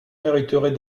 mériterait